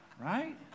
right